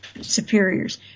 superiors